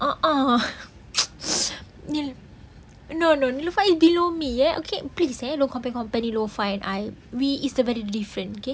uh uh nee~ no no neelofa below me ya okay please eh don't compare compare neelofa and I we is the very different K